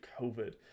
COVID